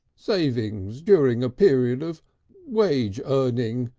savings during a period of wage earning,